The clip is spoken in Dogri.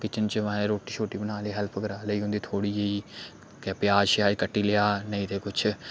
किचन च माएं रोटी शोटी बना लेई हैल्प कराई लेई उं'दी थोह्ड़ी जेही प्याज श्याज कट्टी लेआ नेईं ते कुछ